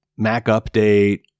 MacUpdate